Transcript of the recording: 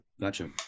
gotcha